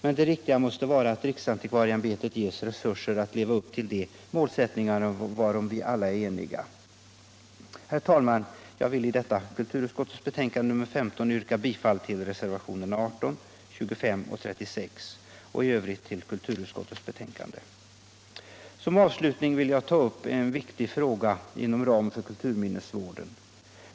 Men det riktiga måste vara att riksantikvarieimbetet ges resurser alt leva upp till de målsättningar varom vi alla är eniga. Som avslutning vill jag ta upp en viktig fråga inom ramen för kulturminnesvården.